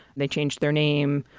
they changed their name.